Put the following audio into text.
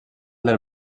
del